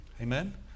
Amen